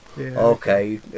okay